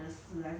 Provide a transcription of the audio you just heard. what if like